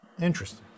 Interesting